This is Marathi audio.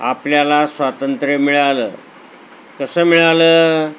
आपल्याला स्वातंत्र्य मिळालं कसं मिळालं